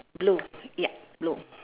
blue ya blue